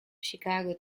chicago